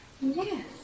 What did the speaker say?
yes